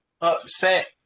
upset